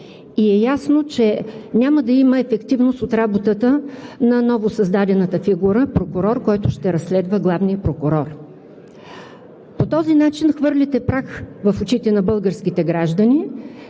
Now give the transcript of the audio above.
и е ясно, че няма да има ефективност от работата на новосъздадената фигура прокурор, който ще разследва главния прокурор. По този начин хвърляте прах в очите на българските граждани,